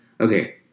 Okay